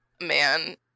man